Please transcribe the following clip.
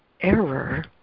error